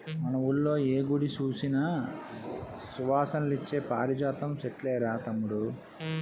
మన వూళ్ళో ఏ గుడి సూసినా సువాసనలిచ్చే పారిజాతం సెట్లేరా తమ్ముడూ